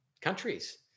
countries